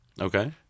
Okay